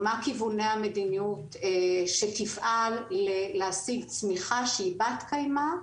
או מה כיווני המדיניות שתפעל להשיג צמיחה שהיא בת קיימא?